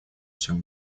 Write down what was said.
всем